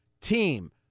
team